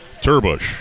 Turbush